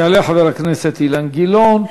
יעלה חבר הכנסת אילן גילאון,